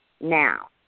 Now